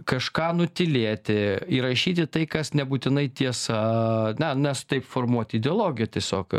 kažką nutylėti įrašyti tai kas nebūtinai tiesa na na taip formuot ideologiją tiesiog